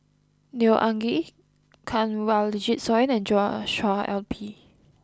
Neo Anngee Kanwaljit Soin and Joshua I P